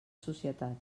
societat